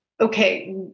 okay